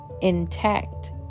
intact